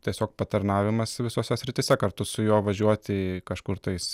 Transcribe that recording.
tiesiog patarnavimas visose srityse kartu su juo važiuoti į kažkur tais